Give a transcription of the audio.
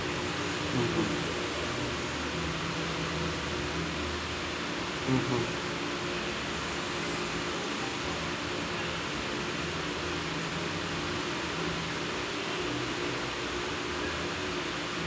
mmhmm mmhmm